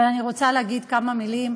ואני רוצה להגיד כמה מילים